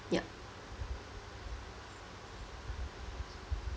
yup